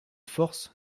force